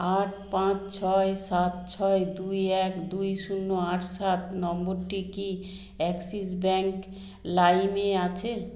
আট পাঁচ ছয় সাত ছয় দুই এক দুই শূন্য আট সাত নম্বরটি কি অ্যাক্সিস ব্যাংক লাইমে আছে